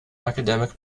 academic